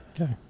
Okay